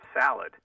salad